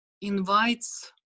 invites